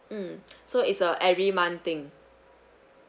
mm so is a every month thing